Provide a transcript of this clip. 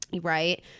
right